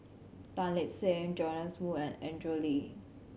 Tan Lip Seng Joash Moo and Andrew Lee